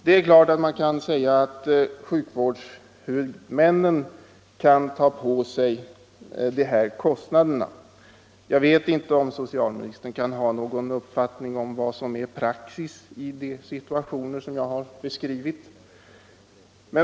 Det är klart att man kan säga att sjukvårdshuvudmännen bör ta på sig de här kostnaderna. Jag vet inte om socialministern kan ha någon uppfattning om vad som är praxis i de situationer som jag har beskrivit.